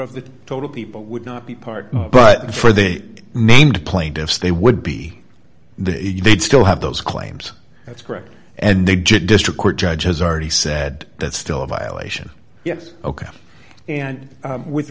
of the total people would not be part but for the named plaintiffs they would be the they'd still have those claims that's correct and they did district court judge has already said that's still a violation yes ok and with